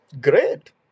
Great